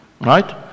right